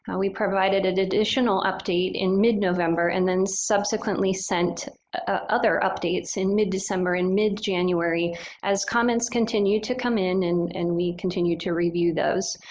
we provided an additional update in mid-november and then subsequently sent other updates in mid-december and mid-january as comments continue to come in and and we continue to review those.